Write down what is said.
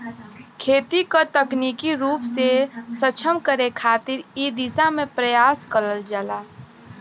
खेती क तकनीकी रूप से सक्षम करे खातिर इ दिशा में प्रयास करल जाला